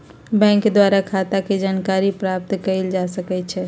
bank द्वारा खता के जानकारी प्राप्त कएल जा सकइ छइ